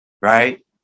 right